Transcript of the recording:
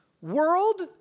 world